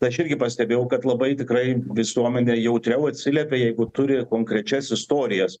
tai aš irgi pastebėjau kad labai tikrai visuomenė jautriau atsiliepia jeigu turi konkrečias istorijas